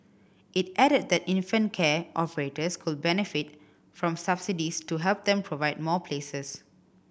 it added that infant care operators could benefit from subsidies to help them provide more places